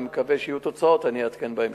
אני מקווה שיהיו תוצאות, ואני אעדכן בהמשך.